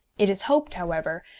it is hoped, however,